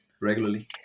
regularly